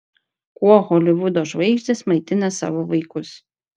kuo holivudo žvaigždės maitina savo vaikus